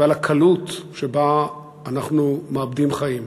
ועל הקלות שבה אנחנו מאבדים חיים.